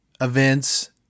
events